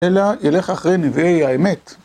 אלא ילך אחרי נביאי האמת.